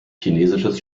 chinesisches